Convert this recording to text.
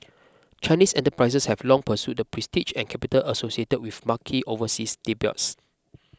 Chinese enterprises have long pursued the prestige and capital associated with marquee overseas debuts